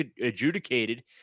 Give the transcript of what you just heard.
adjudicated